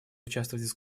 участвовать